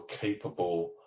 capable